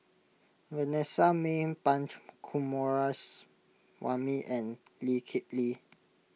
Vanessa Mae Punch Coomaraswamy and Lee Kip Lee